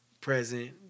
present